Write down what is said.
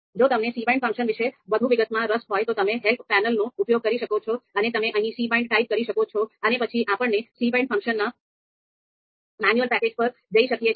જો તમને cbind function વિશે વધુ વિગતોમાં રસ હોય તો તમે હેલ્પ પેનલનો ઉપયોગ કરી શકો છો અને તમે અહીં cbind ટાઈપ કરી શકો છો અને પછી આપણે cbind ફંક્શનના મેન્યુઅલ પેજ પર જઈ શકીએ છીએ